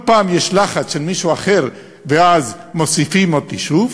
כל פעם יש לחץ של מישהו אחר ואז מוסיפים עוד יישוב.